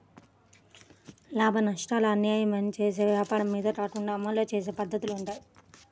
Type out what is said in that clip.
లాభనష్టాలు అనేయ్యి మనం చేసే వ్వాపారం మీద కాకుండా అమలు చేసే పద్దతిలో వుంటయ్యి